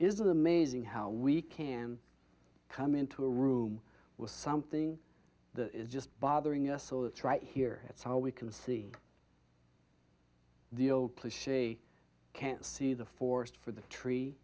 planet is amazing how we can come into a room with something that is just bothering us so that's right here that's how we can see the old cliche can't see the forest for the tree